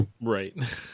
right